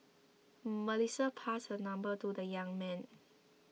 Melissa passed her number to the young man